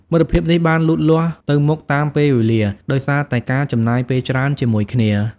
មិត្តភាពនេះបានលូតលាស់ទៅមុខតាមពេលវេលា ដោយសារតែការចំណាយពេលច្រើនជាមួយគ្នា។